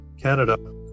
Canada